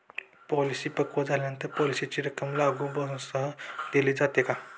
Policy पक्व झाल्यावर पॉलिसीची रक्कम लागू बोनससह दिली जाते का?